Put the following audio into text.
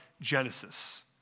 Genesis